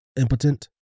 impotent